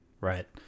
Right